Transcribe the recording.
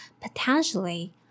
Potentially